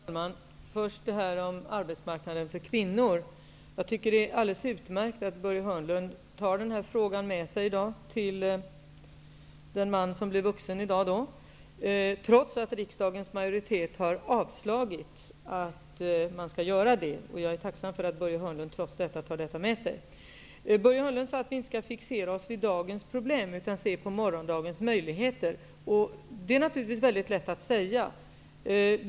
Herr talman! Först några ord om detta med arbetsmarknaden för kvinnor. Jag tycker att det är alldeles utmärkt att Börje Hörnlund tar den här frågan med sig till den man som alltså blir vuxen i dag. Riksdagens majoritet har avslagit det här förslaget, och jag är tacksam för att Börje Hörnlund trots det tar detta med sig. Börje Hörnlund sade att vi inte skall fixera oss vid daagens problem utan i stället se på morgondagens möjligheter. Det är naturligtvis väldigt lätt att säga så.